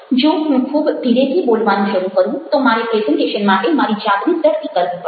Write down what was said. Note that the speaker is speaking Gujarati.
જો હું ખૂબ ધીરેથી બોલવાનું શરૂ કરું તો મારે પ્રેઝન્ટેશન માટે મારી જાતને ઝડપી કરવી પડે